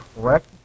correct